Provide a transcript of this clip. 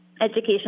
education